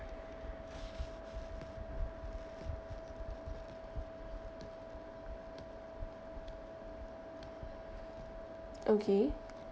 okay